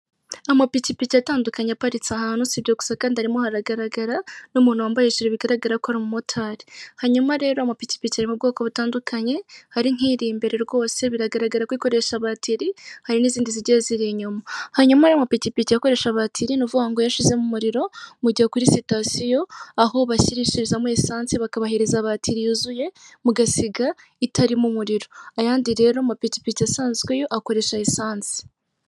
Amapikipiki atandukanye aparitse ahantu si ibyo gusa kandi harimo haragaragara n'umuntu wambaye ishije bigaragara ko ari umumotari. Hanyuma rero amapikipiki ari mu bwoko butandukanye, hari nk'iri imbere rwose biragaragara ko ikoresha batiri, hari n'izindi zigiye ziri inyuma. Hanyuma rero amapikipiki akoresha batiri ni ukuvuga ngo iyo ashyizemo umuriro, mujya kuri sitasiyo aho bashyirishirizamo esanse bakabahereza batiri yuzuye, mugasiga itarimo umuriro. Ayandi rero mapikipiki asanzwe yo akoresha esanse.